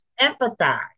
empathize